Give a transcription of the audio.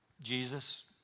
Jesus